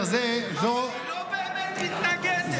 אבל היא לא באמת מתנגדת.